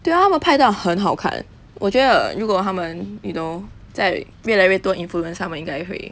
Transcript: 对 ah 他们拍到很好看我觉得如果他们 you know 在越来越多 influence 他们应该会